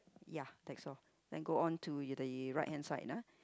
ya that's all then go on to the right hand side ah